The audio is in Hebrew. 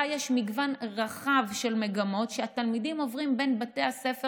יש מגוון רחב של מגמות שהתלמידים עוברים בין בתי הספר